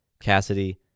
Cassidy